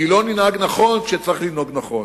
כי לא ננהג נכון כשצריך לנהוג נכון.